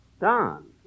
Don